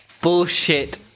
Bullshit